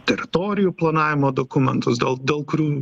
teritorijų planavimo dokumentus dėl dėl kurių